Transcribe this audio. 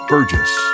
Burgess